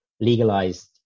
legalized